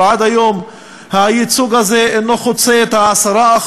אבל עד היום הייצוג הזה אינו חוצה את ה-10%,